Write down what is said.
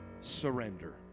surrender